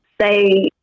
say